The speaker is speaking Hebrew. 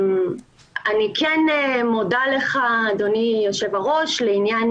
אני כן מודה לך אדוני היושב ראש לעניין